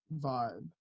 vibe